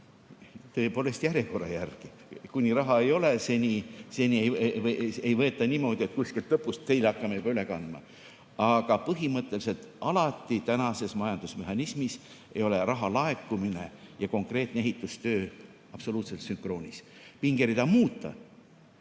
tõepoolest järjekorra alusel. Kuni raha ei ole, siis ei võeta niimoodi, et kuskilt lõpust hakkame teile juba üle kandma. Aga põhimõtteliselt alati tänases majandusmehhanismis ei ole raha laekumine ja konkreetne ehitustöö absoluutselt sünkroonis. Pingerida muuta?